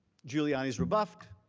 giuliani is rebuffed,